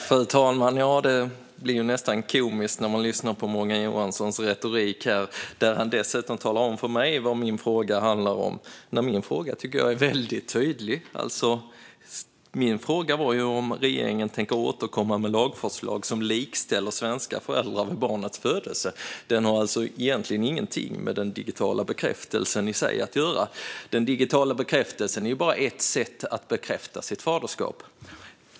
Fru talman! Det blir nästan komiskt när man lyssnar på Morgan Johanssons retorik och när han dessutom talar om för mig vad min fråga handlar om. Jag tycker att min fråga är väldigt tydlig. Den är om regeringen tänker återkomma med lagförslag som likställer svenska föräldrar vid barnets födelse. Den har alltså egentligen ingenting med den digitala bekräftelsen i sig att göra. Den digitala bekräftelsen är bara ett sätt att bekräfta sitt faderskap.